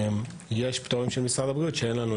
יש פטורים של משרד הבריאות שאין לנו.